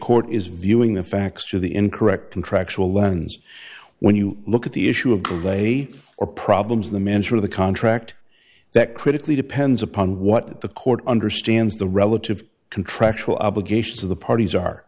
court is viewing the facts of the incorrect contractual lens when you look at the issue of who they are problems in the manner of the contract that critically depends upon what the court understands the relative contractual obligations of the parties are